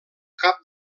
cap